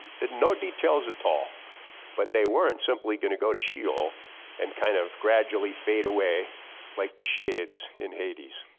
that no details at all but they weren't simply gonna go to she'ol and kind of gradually fade away like the shades in hades.